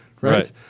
Right